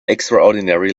extraordinary